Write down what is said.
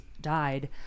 died